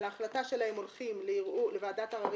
על החלטה שלהן הולכים לוועדת עררים